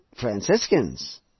Franciscans